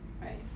right